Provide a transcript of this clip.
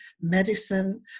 medicine